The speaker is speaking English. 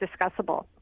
discussable